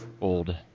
old